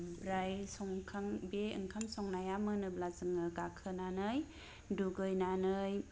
ओमफ्राय बे ओंखाम संनाया मोनोब्ला जोंङो गाखोनानै दुगैनानै